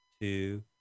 two